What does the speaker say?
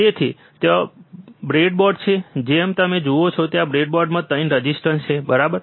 તેથી ત્યાં બ્રેડબોર્ડ છે જેમ તમે જુઓ છો ત્યાં બ્રેડબોર્ડમાં 3 રેઝિસ્ટર છે બરાબર